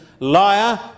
liar